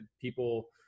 people